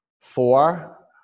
four